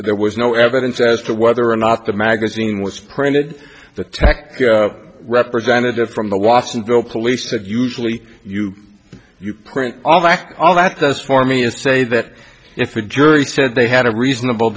magazine there was no evidence as to whether or not the magazine was printed the tech representative from the watsonville police that usually you you print on the back all that does for me is to say that if a jury said they had a reasonable